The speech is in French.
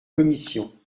commission